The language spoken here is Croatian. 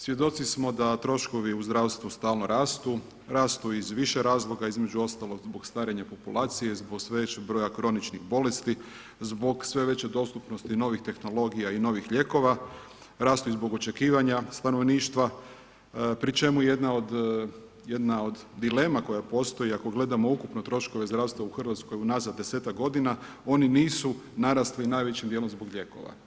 Svjedoci smo da troškovi u zdravstvu stalno rastu, rastu iz više razloga između ostalog zbog starenja populacije, zbog sve većeg broja kroničnih bolesti, zbog sve veće dostupnosti novih tehnologija i novih lijekova, rastu i zbog očekivanja stanovništva, pri čemu jedna od dilema koja postoji, ako gledamo ukupno troškove zdravstva u Hrvatskoj unazad 10ak godina, oni nisu narasli najvećim djelom zbog lijekova.